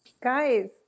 Guys